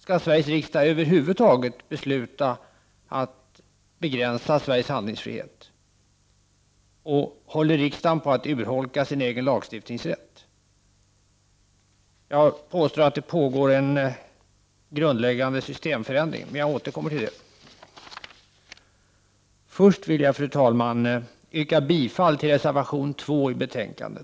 Skall Sveriges riksdag över huvud taget besluta att begränsa Sveriges handlingssfrihet? Håller riksdagen på att urholka sin egen lagstiftningsrätt? Jag påstår att det pågår en grundläggande systemförändring, men jag återkommer till detta. Först vill jag, fru talman, yrka bifall till reservation 2 i betänkandet.